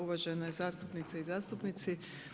Uvažene zastupnice i zastupnici.